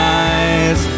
eyes